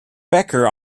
becker